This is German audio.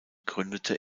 gründete